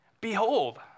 Behold